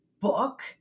book